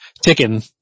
ticking